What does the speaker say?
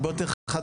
הרבה יותר חדה.